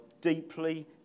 deeply